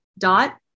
dot